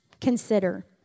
consider